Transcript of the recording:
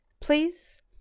Please